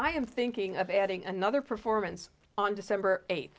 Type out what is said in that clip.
i am thinking of adding another performance on december eighth